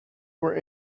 were